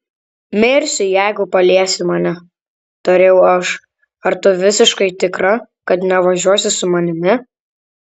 mirsiu jeigu paliesi mane tariau aš ar tu visiškai tikra kad nevažiuosi su manimi